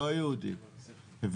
לא יהודים,